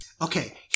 Okay